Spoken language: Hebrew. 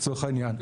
לצורך העניין,